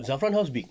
zafran house big